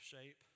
shape